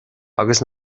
agus